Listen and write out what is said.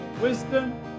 wisdom